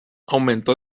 aumentó